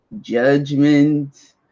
judgment